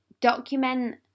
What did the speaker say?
document